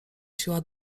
siła